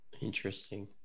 Interesting